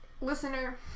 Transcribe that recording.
listener